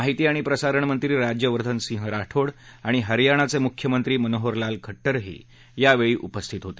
माहिती आणि प्रसारण मंत्री राज्यवर्धन सिंह राठोड आणि हरयाणाचे मुख्यमंत्री मनोहरलाल खट्टरही यावेळी उपस्थित होते